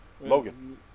Logan